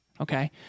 Okay